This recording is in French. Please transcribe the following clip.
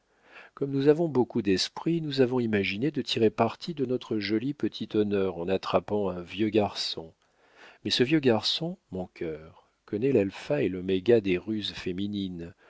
comme nous avons beaucoup d'esprit nous avons imaginé de tirer parti de notre joli petit honneur en attrapant un vieux garçon mais ce vieux garçon mon cœur connaît l'alpha et l'oméga des ruses féminines